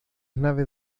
naves